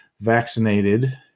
vaccinated